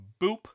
Boop